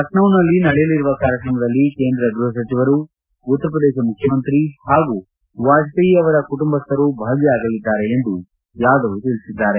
ಲಖನೌನಲ್ಲಿ ನಡೆಯಲಿರುವ ಕಾರ್ಯಕ್ರಮದಲ್ಲಿ ಕೇಂದ್ರ ಗೃಹ ಸಚಿವರು ಉತ್ತರಪ್ರದೇಶ ಮುಖ್ಯಮಂತ್ರಿ ಹಾಗೂ ವಾಜಪೇಯಿ ಅವರ ಕುಟುಂಬಸ್ಹರು ಭಾಗಿಯಾಗಲಿದ್ದಾರೆ ಎಂದು ಯಾದವ್ ತಿಳಿಸಿದ್ದಾರೆ